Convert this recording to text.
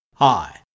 Hi